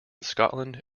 scotland